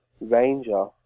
ranger